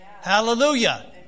Hallelujah